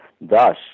Thus